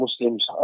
Muslims